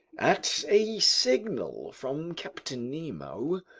at a signal from captain nemo,